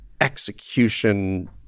execution